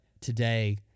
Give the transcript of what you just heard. today